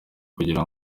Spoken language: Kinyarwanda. kugira